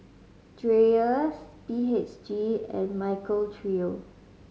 Dreyers B H G and Michael Trio